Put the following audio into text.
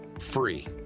free